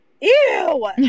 ew